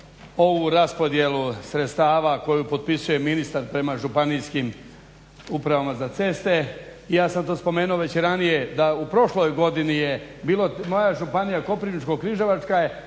ovu raspodjelu sredstava koju potpisuje ministar prema županijskim upravama za ceste i ja sam to spomenuo već i ranije da u prošloj godini je bilo moja županija Koprivničko-križevačka